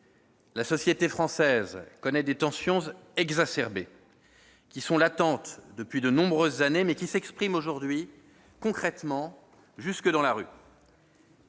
La société française connaît des tensions exacerbées, latentes depuis de nombreuses années, mais qui s'expriment aujourd'hui concrètement, jusque dans la rue.